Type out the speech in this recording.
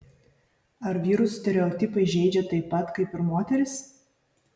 ar vyrus stereotipai žeidžia taip pat kaip ir moteris